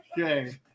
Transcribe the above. Okay